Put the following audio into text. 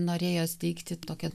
norėjo steigti tokią